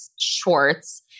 Schwartz